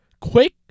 quick